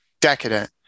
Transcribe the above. decadent